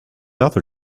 other